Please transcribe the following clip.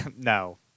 No